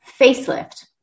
facelift